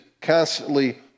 constantly